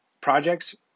projects